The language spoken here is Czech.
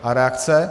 A reakce?